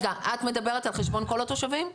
את מדברת על חשבון כל התושבים?